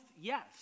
yes